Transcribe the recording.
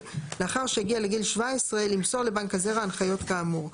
לאחר שהגיע לגיל 17 למסור לבנק הזרע הנחיות כאמור,